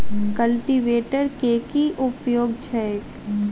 Cultivator केँ की उपयोग छैक?